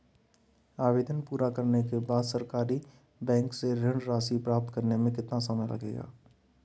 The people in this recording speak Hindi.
आवेदन पूरा होने के बाद सरकारी बैंक से ऋण राशि प्राप्त करने में कितना समय लगेगा?